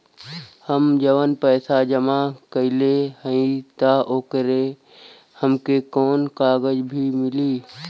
हम जवन पैसा जमा कइले हई त ओकर हमके कौनो कागज भी मिली?